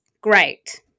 great